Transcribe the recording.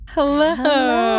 Hello